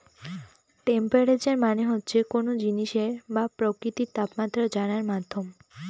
temperature মানে হচ্ছে কোনো জিনিসের বা প্রকৃতির তাপমাত্রা জানার মাধ্যম